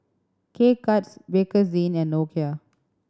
K Cuts Bakerzin and Nokia